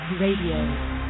Radio